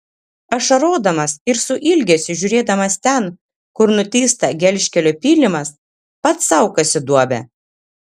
ašarodamas ir su ilgesiu žiūrėdamas ten kur nutįsta gelžkelio pylimas pats sau kasi duobę